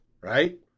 Right